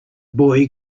boy